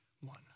one